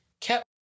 kept